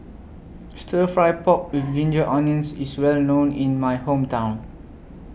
Stir Fry Pork with Ginger Onions IS Well known in My Hometown